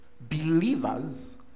Believers